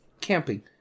camping